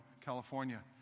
California